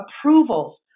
approvals